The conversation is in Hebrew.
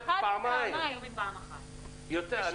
אנחנו ביקשנו יותר מפעם אחת בשנתיים.